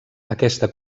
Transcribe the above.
aquesta